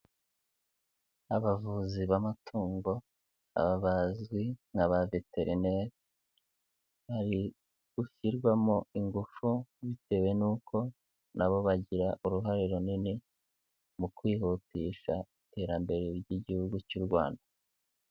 Abavuzi b'amatungo, aba bazwi nka ba vetereneri, bari gushyirwamo ingufu, bitewe n'uko na bo bagira uruhare runini, mu kwihutisha iterambere ry'Igihugu cy'u Rwanda.